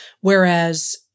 whereas